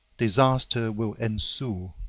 disaster will ensue.